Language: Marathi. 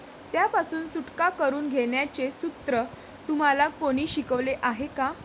त्यापासून सुटका करून घेण्याचे सूत्र तुम्हाला कोणी शिकवले आहे का?